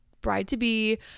bride-to-be